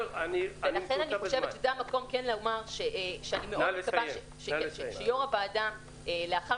לכן אני חושבת שזה המקום כן לומר שאני מאוד מקווה שיו"ר הוועדה לאחר